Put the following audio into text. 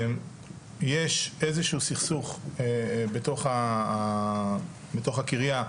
יש איזשהו סכסוך בתוך הקריה,